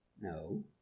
No